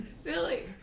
Silly